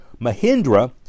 Mahindra